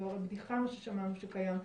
זאת בדיחה מה ששמענו שקיים.